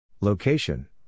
Location